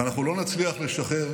ואנחנו לא נצליח לשחרר